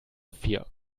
vier